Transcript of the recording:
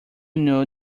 know